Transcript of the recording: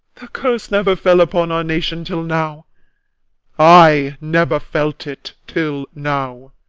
the curse never fell upon our nation till now i never felt it till now.